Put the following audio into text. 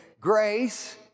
grace